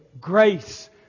Grace